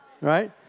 right